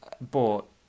bought